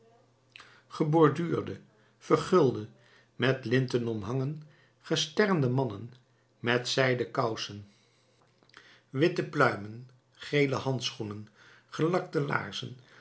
geborduurde vergulde met linten omhangen gesternde mannen met zijden kousen witte pluimen gele handschoenen gelakte laarzen